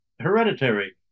hereditary